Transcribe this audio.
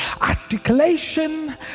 Articulation